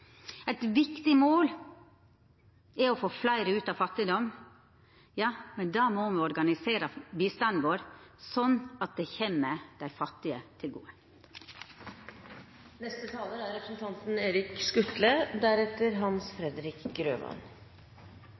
Eit viktig mål er å få fleire ut av fattigdom, men då må me organisera bistanden vår slik at han kjem dei fattige til